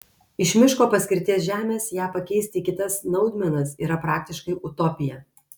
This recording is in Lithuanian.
iš miško paskirties žemės ją pakeisti į kitas naudmenas yra praktiškai utopija